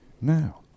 now